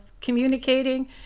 communicating